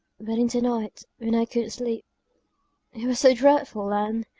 but in the night, when i couldn't sleep it was so dreadful, anne.